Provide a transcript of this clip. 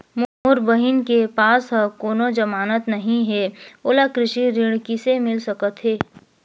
मोर बहिन के पास ह कोनो जमानत नहीं हे, ओला कृषि ऋण किसे मिल सकत हे?